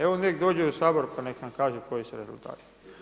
Evo neka gođe u Sabor pa nek nam kaže koji su rezultati.